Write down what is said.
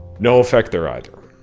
no effect there either,